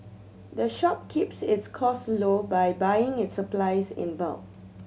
the shop keeps its cost low by buying its supplies in bulk